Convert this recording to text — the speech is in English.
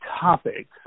topics